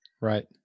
Right